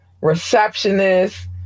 receptionist